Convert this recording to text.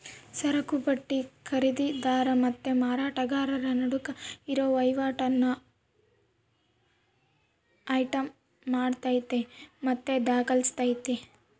ಸರಕುಪಟ್ಟಿ ಖರೀದಿದಾರ ಮತ್ತೆ ಮಾರಾಟಗಾರರ ನಡುಕ್ ಇರೋ ವಹಿವಾಟನ್ನ ಐಟಂ ಮಾಡತತೆ ಮತ್ತೆ ದಾಖಲಿಸ್ತತೆ